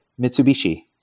Mitsubishi